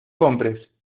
compres